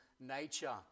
nature